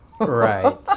Right